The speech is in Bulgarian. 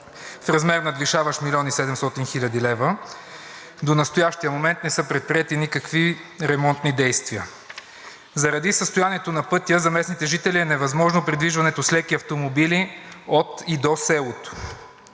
в размер, надвишаващ 1 млн. и 700 хил. лв. и до настоящия момент не са предприети никакви ремонтни действия. Заради състоянието на пътя за местните жители е невъзможно придвижването с леки автомобили от и до селото.